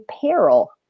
peril